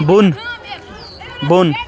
بۄن بۄن